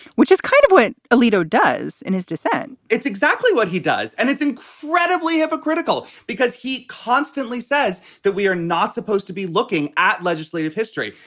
which is kind of what alito does in his dissent. it's exactly what he does. and it's incredibly hypocritical because he constantly says that we are not supposed to be looking at legislative history,